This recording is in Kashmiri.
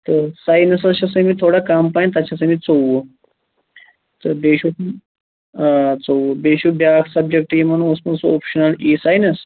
تہٕ سایِنَسس چھِس آمِتۍ تھوڑا کم پہم تتھ چھِس آمِتۍ ژوٚوُہ تہٕ بیٚیہِ چھُ آ ژوٚوُہ بیٚیہِ چھُ بیٛاکھ سبجکٹہٕ یِمَن اوسمُت سُہ اوٚپشِنل اِی سایِنَس